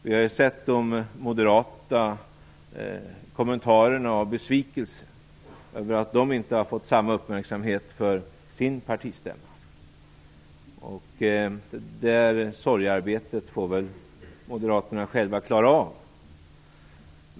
Vi har ju sett de moderata kommentarerna, präglade av besvikelse över att de inte har fått samma uppmärksamhet för sin partistämma. Det sorgearbetet får väl moderaterna själva klara av.